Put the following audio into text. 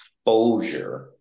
exposure